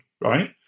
Right